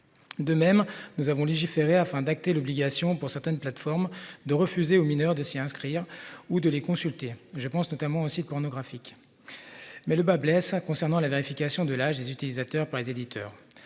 De même, nous avons légiféré afin d'acter l'obligation pour certaines plateformes de refuser aux mineurs de s'y inscrire ou de les consulter. Je pense notamment aux sites pornographiques. Mais le bât blesse. Concernant la vérification de l'âge des utilisateurs par les éditeurs,